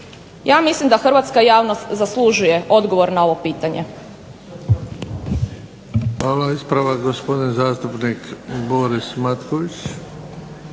Ja mislim da hrvatska javnost zaslužuje odgovor na ovo pitanje.